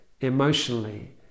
emotionally